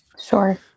Sure